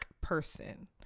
person